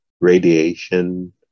radiation